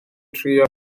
trio